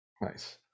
nice